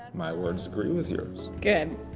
my words agree with yours. good.